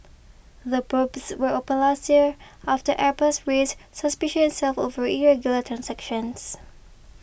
the probes were opened last year after airbus raised suspicions itself over irregular transactions